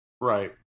Right